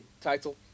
title